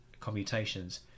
commutations